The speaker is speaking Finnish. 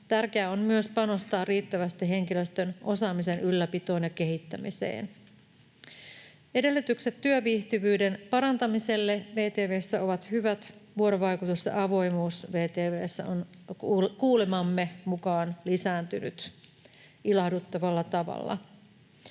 Tärkeää on myös panostaa riittävästi henkilöstön osaamisen ylläpitoon ja kehittämiseen. Edellytykset työviihtyvyyden parantamiselle VTV:ssä ovat hyvät: vuorovaikutus ja avoimuus VTV:ssä ovat kuulemamme mukaan lisääntyneet ilahduttavalla tavalla,